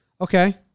Okay